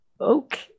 okay